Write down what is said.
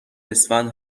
اسفند